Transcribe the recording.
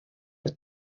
met